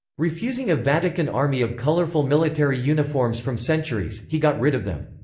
refusing a vatican army of colourful military uniforms from centuries, he got rid of them.